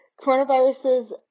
Coronaviruses